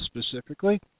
specifically